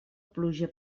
pluja